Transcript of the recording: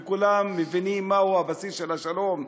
וכולם מבינים מהו הבסיס של השלום,